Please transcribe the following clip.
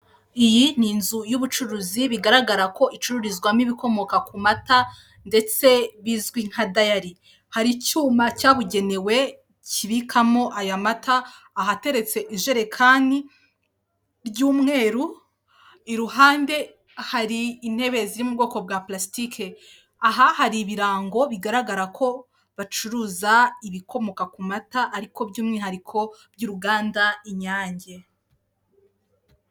Iyi ni inzu y'ubucuruzi bigaragara ko icururizwamo ibikomoka ku mata ndetse bizwi nka dayali, hari icyuma cyabugenewe kibikamo aya mata, ahateretse ijerekani ry'umweru, iruhande hari intebe ziri mu bwoko bwa plastike, aha hari ibirango bigaragara ko bacuruza ibikomoka ku mata, ariko by'umwihariko by'uruganda inyange.